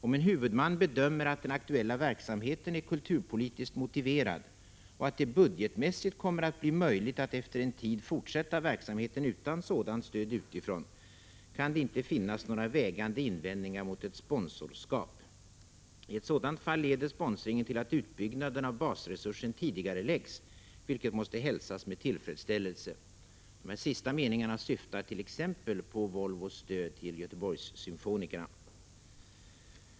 Om en huvudman bedömer att den aktuella verksamheten är kulturpolitiskt motiverad och att det budgetmässigt kommer att bli möjligt att efter en tid fortsätta verksamheten utan sådant stöd utifrån, kan det inte finnas några vägande invändningar mot ett sponsorskap. I ett sådant fall leder sponsringen till att utbyggnaden av basresursen tidigareläggs, vilket måste hälsas med tillfredsställelse.” De sista meningarna syftar t.ex. på Volvos stöd till Göteborgssymfonikerna.